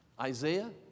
Isaiah